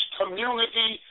community